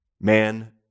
Man